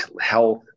health